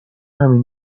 همین